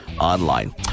online